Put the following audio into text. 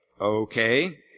okay